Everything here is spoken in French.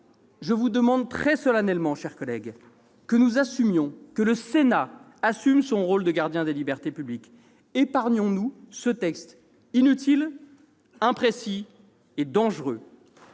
Je vous demande très solennellement, mes chers collègues, que nous assumions, que le Sénat assume son rôle de gardien des libertés publiques. Épargnons-nous ce texte inutile, imprécis et dangereux.